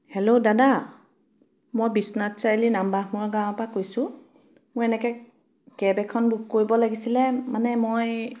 hello দাদা মই বিশ্বনাথ চাৰিআলি নামবাঘমৰা গাঁৱৰ পৰা কৈছোঁ মই এনেকৈ কেব এখন বুক কৰিব লাগিছিলে মানে মই